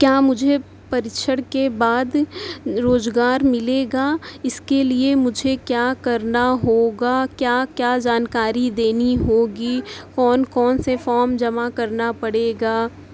کیا مجھے پریکشا کے بعد روزگار ملے گا اس کے لیے مجھے کیا کرنا ہوگا کیا کیا جانکاری دینی ہوگی کون کون سے فام جمع کرنا پڑے گا